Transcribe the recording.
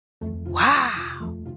Wow